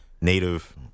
Native